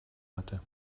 hatte